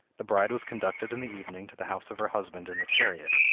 the bride was conducted in the evening to the house of her husband in a chariot,